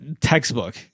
Textbook